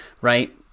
right